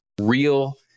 real